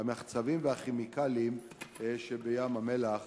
המחצבים והכימיקלים שבים-המלח